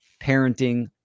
parenting